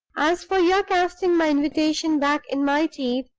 as for your casting my invitation back in my teeth,